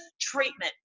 treatment